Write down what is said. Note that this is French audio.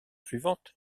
suivante